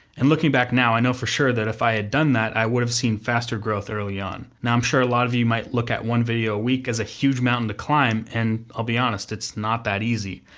and looking back now, i know for sure that if i had done that, i would have seen faster growth early on. now, i'm sure a lot of you might look at one video a week, as a huge mountain to climb, and i'll be honest it's not that easy,